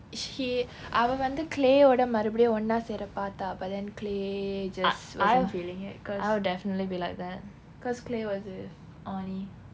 she அவள் வந்து:aval vanthu clay வோட மறுபடி ஒண்ணா சேர பார்த்தா:voda marupadi onnaa sera paarthaa but then clay just wasn't feeling it cause cause clay was with annie